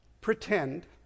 pretend